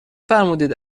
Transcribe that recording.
فرمودید